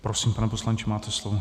Prosím, pane poslanče, máte slovo.